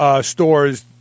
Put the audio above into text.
stores